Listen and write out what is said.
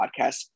podcast